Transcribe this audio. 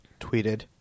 tweeted